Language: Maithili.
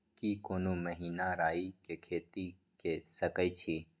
की कोनो महिना राई के खेती के सकैछी?